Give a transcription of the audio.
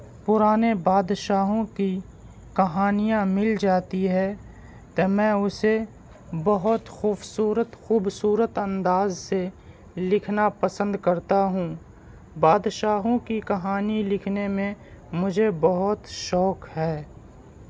پرانے بادشاہوں کی کہانیاں مل جاتی ہے تو میں اسے بہت خوبصورت خوبصورت انداز سے لکھنا پسند کرتا ہوں بادشاہوں کی کہانی لکھنے میں مجھے بہت شوق ہے